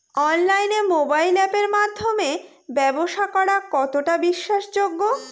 অনলাইনে মোবাইল আপের মাধ্যমে ব্যাবসা করা কতটা বিশ্বাসযোগ্য?